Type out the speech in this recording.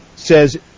says